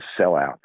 sellout